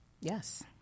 Yes